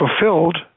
fulfilled